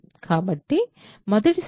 కాబట్టి మొదటి సమీకరణం ac bd 1